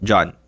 John